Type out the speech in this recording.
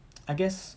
I guess